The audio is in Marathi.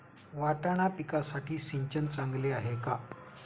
वाटाणा पिकासाठी सिंचन चांगले आहे का?